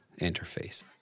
interface